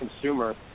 consumer